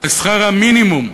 לשכר המינימום,